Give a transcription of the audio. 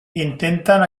intenten